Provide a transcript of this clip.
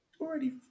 Already